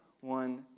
one